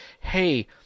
hey